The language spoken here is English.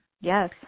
yes